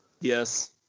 Yes